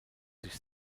sich